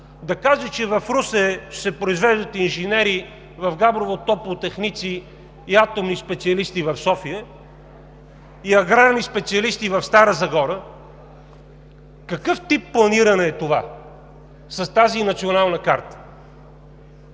да каже, че в Русе ще се произвеждат инженери, в Габрово топлотехници и атомни специалисти в София, и аграрни специалисти в Стара Загора, какъв тип планиране е това с тази национална карта?